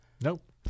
Nope